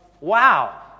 wow